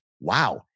wow